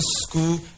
school